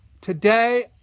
today